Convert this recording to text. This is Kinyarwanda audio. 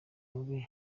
mubi